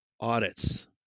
audits